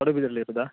ಪಡುಬಿದ್ರಿಲ್ಲಿರುವುದಾ